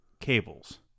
cables